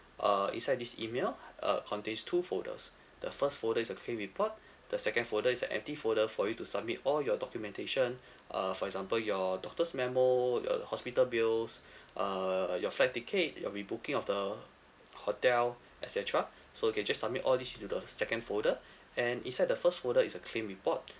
uh inside this email uh contains two folders the first folder is the claim report the second folder is a empty folder for you to submit all your documentation uh for example your doctor's memo your hospital bills uh your flight ticket your re-booking of the hotel et cetera so you can just submit all these into the second folder and inside the first folder is a claim report